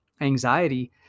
anxiety